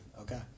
Okay